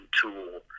tool